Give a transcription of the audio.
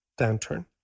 downturn